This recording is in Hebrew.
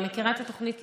אני מכירה את התוכנית,